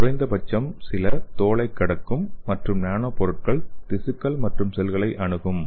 குறைந்தபட்சம் சில தோலைக் கடக்கும் மற்றும் நானோ பொருட்கள் திசுக்கள் மற்றும் செல்களை அணுகும்